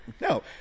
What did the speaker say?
No